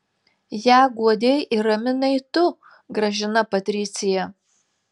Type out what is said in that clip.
ją guodei ir raminai tu gražina patricija